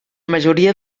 majoria